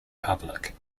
public